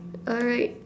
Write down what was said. alright